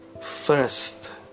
first